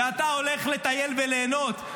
ואתה הולך לטייל וליהנות.